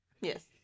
Yes